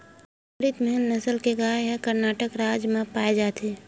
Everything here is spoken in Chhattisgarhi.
अमरितमहल नसल के गाय ह करनाटक राज म पाए जाथे